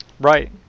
Right